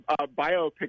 biopic